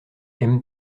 aimes